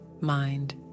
mind